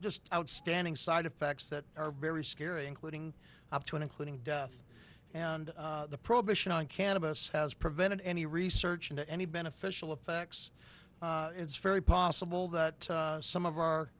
just outstanding side effects that are very scary including up to and including death and the prohibition on cannabis has prevented any research into any beneficial effects it's very possible that some of our